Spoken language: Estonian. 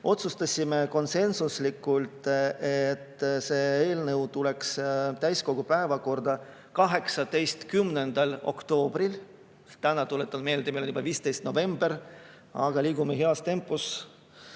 Otsustasime konsensuslikult, et see eelnõu tuleks täiskogu päevakorda võtta 18. oktoobril. Täna, tuletan meelde, on juba 15. november, aga liigume heas tempos.